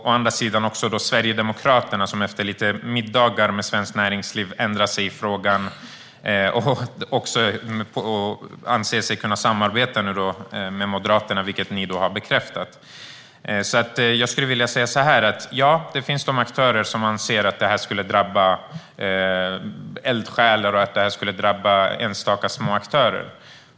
Å andra sidan har vi Sverigedemokraterna, som efter några middagar med Svenskt Näringsliv ändrade sig i frågan - och nu också anser sig kunna samarbeta med Moderaterna, vilket ni har bekräftat. Jag skulle vilja säga så här: Ja, det finns aktörer som man kan se att det här skulle drabba - eldsjälar och enstaka små aktörer.